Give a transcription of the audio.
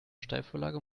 steilvorlage